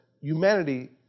humanity